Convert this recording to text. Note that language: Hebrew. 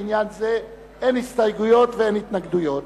לעניין זה אין הסתייגויות ואין התנגדויות.